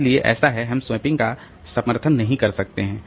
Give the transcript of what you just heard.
इसलिए ऐसा है हम स्वैपिंग का समर्थन नहीं कर सकते हैं